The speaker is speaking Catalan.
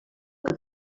que